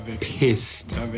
pissed